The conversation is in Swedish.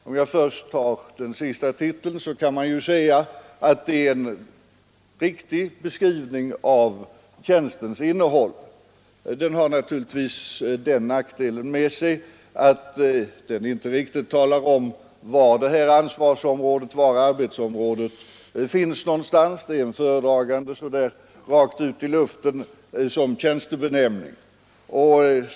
Om jag först tar den istnämnda titeln, kan man ju säga att det är en riktig beskrivning av tjänstens innehåll. Den har emellertid den nackdelen att den inte talar om var arbetsområdet finns. Det är som tjänstebenämning en föredragande rakt ut i luften.